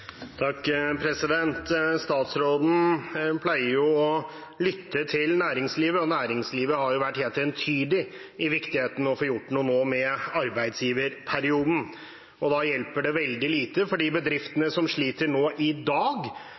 Statsråden pleier å lytte til næringslivet, og næringslivet har jo vært helt entydig på viktigheten av å få gjort noe nå med arbeidsgiverperioden. Da hjelper det veldig lite for de bedriftene som i dag sliter, at statsråden skyver ansvaret over på partene i